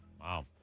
Wow